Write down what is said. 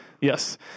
Yes